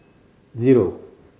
zero